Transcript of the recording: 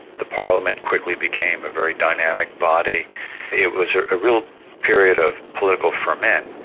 the parliament quickly became a very dynamic body it was a real period of political foment.